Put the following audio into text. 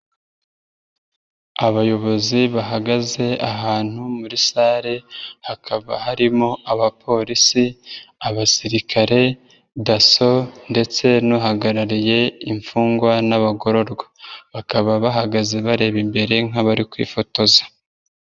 Abayobozi bahagaze ahantu muri sale, hakaba harimo abapolisi, abasirikare, dasso ndetse n'uhagarariye imfungwa n'abagororwa. Bakaba bahagaze bareba imbere nk'abari kwifotoza.